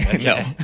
no